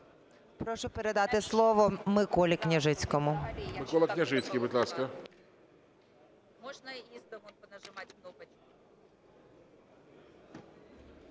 Прошу передати слово Миколі Княжицькому.